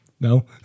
no